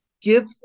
Give